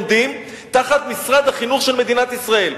עומדים תחת משרד החינוך של מדינת ישראל.